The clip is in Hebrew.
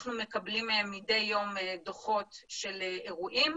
אנחנו מקבלים מהם מידי יום דוחות של אירועים.